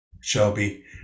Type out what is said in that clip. Shelby